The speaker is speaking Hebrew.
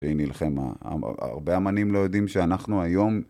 שהיא נלחמה. הרבה אמנים לא יודעים שאנחנו היום...